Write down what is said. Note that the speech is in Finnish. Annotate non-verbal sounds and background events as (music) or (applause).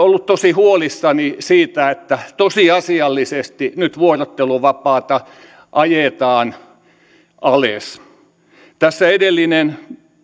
(unintelligible) ollut tosi huolissani siitä että tosiasiallisesti nyt vuorotteluvapaata ajetaan alas tässä edellinen